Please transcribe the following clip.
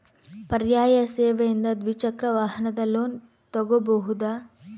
ಪರ್ಯಾಯ ಸೇವೆಯಿಂದ ದ್ವಿಚಕ್ರ ವಾಹನದ ಲೋನ್ ತಗೋಬಹುದಾ?